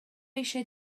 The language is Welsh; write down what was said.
eisiau